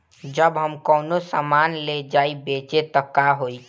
जब हम कौनो सामान ले जाई बेचे त का होही?